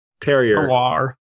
Terrier